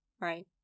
right